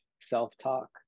self-talk